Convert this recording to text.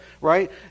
right